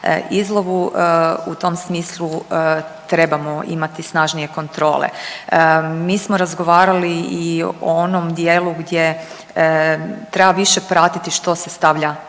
izlovu u tom smislu trebamo imati snažnije kontrole. Mi smo razgovarali i o onom dijelu gdje treba više pratiti što se stavlja